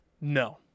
No